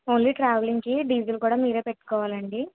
only ట్రావెలింగ్కి diesel కూడా మీరే పెట్టుకోవాలండి